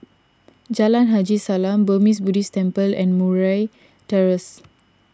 Jalan Haji Salam Burmese Buddhist Temple and Murray Terrace